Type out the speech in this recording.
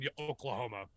oklahoma